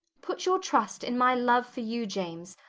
put your trust in my love for you, james,